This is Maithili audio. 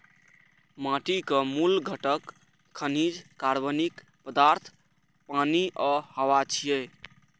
माटिक मूल घटक खनिज, कार्बनिक पदार्थ, पानि आ हवा छियै